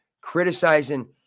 criticizing